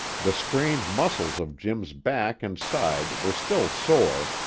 the strained muscles of jim's back and side were still sore,